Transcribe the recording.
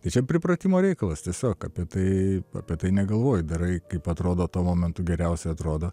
tai čia pripratimo reikalas tiesiog apie tai apie tai negalvoji darai kaip atrodo tuo momentu geriausiai atrodo